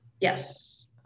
yes